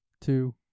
two